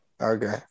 Okay